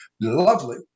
lovely